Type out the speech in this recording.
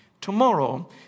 tomorrow